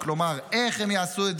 כלומר איך הם יעשו את זה.